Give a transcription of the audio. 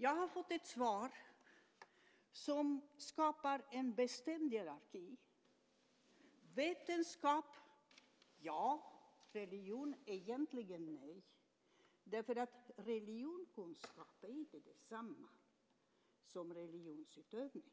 Jag har fått ett svar som skapar en bestämd hierarki: vetenskap - ja, religion - egentligen nej. Religionskunskap är ju inte detsamma som religionsutövning.